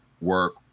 work